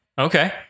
Okay